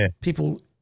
people